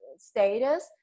status